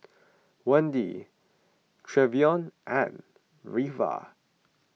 Wendy Trevion and Reva